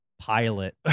pilot